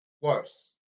Worse